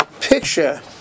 picture